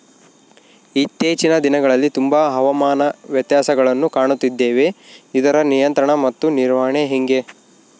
ಇತ್ತೇಚಿನ ದಿನಗಳಲ್ಲಿ ತುಂಬಾ ಹವಾಮಾನ ವ್ಯತ್ಯಾಸಗಳನ್ನು ಕಾಣುತ್ತಿದ್ದೇವೆ ಇದರ ನಿಯಂತ್ರಣ ಮತ್ತು ನಿರ್ವಹಣೆ ಹೆಂಗೆ?